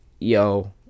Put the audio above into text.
yo